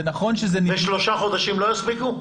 שלושה חודשים לא יספיקו?